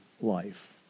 life